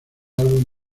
álbum